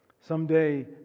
Someday